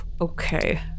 Okay